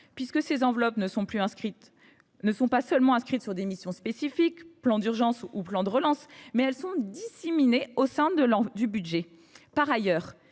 puisque ces enveloppes sont non seulement inscrites sur des missions spécifiques – plan d’urgence ou plan de relance –, mais sont aussi disséminées au sein du budget. Par ailleurs,